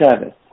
service